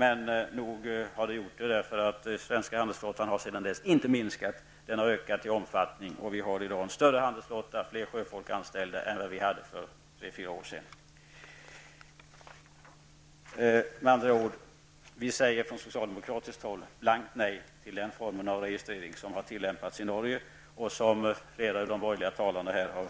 Men nog har det hjälpt, för den svenska handelsflottan har sedan dess inte minskat utan ökat i omfattning. Vi har i dag en större handelsflotta -- mer sjöfolk anställda -- än vi hade för tre fyra år sedan. Med andra ord: Vi säger från socialdemokratiskt håll blankt nej till den form av registrering som har tillämpats i Norge och som flera av de borgerliga talarna här har